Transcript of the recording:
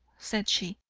said she,